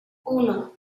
uno